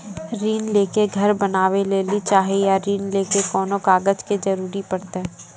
ऋण ले के घर बनावे लेली चाहे या ऋण लेली कोन कागज के जरूरी परतै?